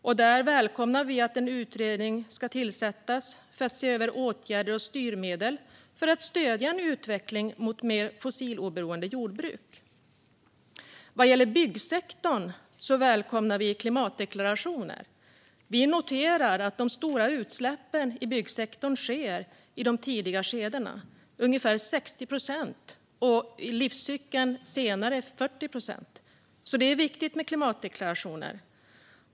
Vi välkomnar att en utredning ska tillsättas för att se över åtgärder och styrmedel för att stödja en utveckling mot ett mer fossiloberoende jordbruk. Vad gäller byggsektorn välkomnar vi klimatdeklarationer. Vi noterar att de stora utsläppen, ungefär 60 procent, i byggsektorn sker tidigt i processen. Senare i livscykeln sker 40 procent av utsläppen. Det är alltså viktigt med klimatdeklarationer.